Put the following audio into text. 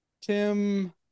Tim